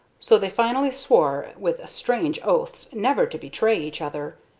so they finally swore with strange oaths never to betray each other,